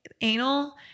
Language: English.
anal